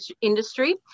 industry